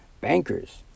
bankers